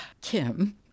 Kim